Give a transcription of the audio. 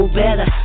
better